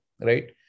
right